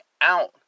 out